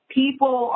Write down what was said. people